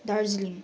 Darjeeling